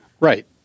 Right